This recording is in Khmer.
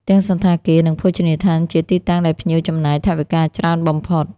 ទាំងសណ្ឋាគារ និងភោជនីយដ្ឋានជាទីតាំងដែលភ្ញៀវចំណាយថវិកាច្រើនបំផុត។